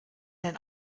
denn